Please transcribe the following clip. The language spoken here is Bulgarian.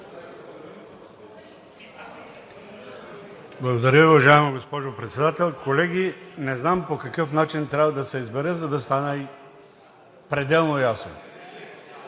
Благодаря, уважаема госпожо Председател. Колеги, не знам по какъв начин трябва да се каже, за да стане пределно ясно.